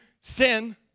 sin